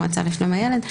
המועצה לשלום הילד,